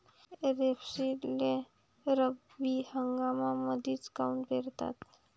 रेपसीडले रब्बी हंगामामंदीच काऊन पेरतात?